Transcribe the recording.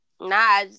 Nah